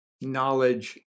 Knowledge